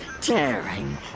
tearing